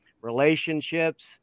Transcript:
relationships